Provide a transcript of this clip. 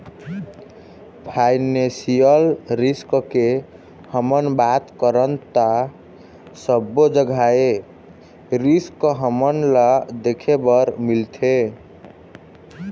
financial risk के हमन बात करन ता सब्बो जघा ए रिस्क हमन ल देखे बर मिलथे